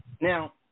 Now